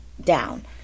down